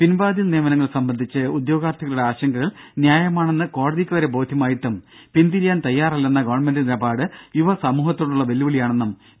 പിൻവാതിൽ നിയമനങ്ങൾ സംബന്ധിച്ച് ഉദ്യോഗാർത്ഥികളുടെ ആശങ്കകൾ ന്യായമാണെന്ന് കോടതിക്ക് വരെ ബോധ്യമായിട്ടും പിൻതിരിയാൻ തയാറല്ലെന്ന ഗവൺമെന്റ് നിലപാട് യുവ സമൂഹത്തോടുള്ള വെല്ലുവിളിയാണെന്നും വി